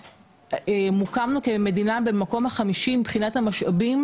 מוקמנו כמדינה במקום החמישי מבחינת המשאבים,